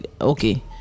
Okay